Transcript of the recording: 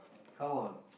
come on